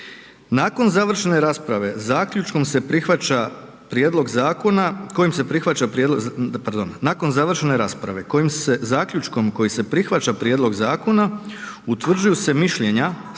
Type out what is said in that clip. „Nakon završene rasprave zaključkom kojim se prihvaća prijedlog zakona utvrđuju se mišljenja,